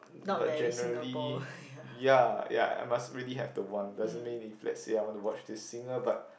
but generally ya ya must really have the one doesn't mean if let's say I want to watch this singer but